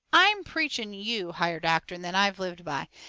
i'm preaching you higher doctrine than i've lived by,